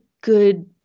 good